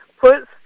puts